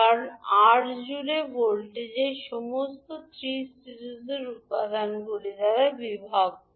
কারণ R জুড়ে voltage সমস্ত 3 সিরিজের উপাদানগুলি দ্বারা বিভক্ত